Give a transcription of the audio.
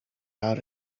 out